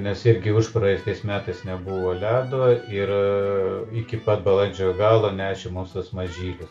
nes irgi užpraeitais metais nebuvo ledo ir iki pat balandžio galo nešė mums tuos mažylius